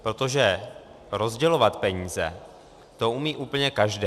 Protože rozdělovat peníze, to umí úplně každý.